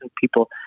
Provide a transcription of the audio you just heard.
people